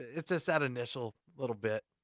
it's it's that initial little bit.